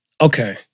Okay